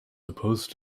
supposed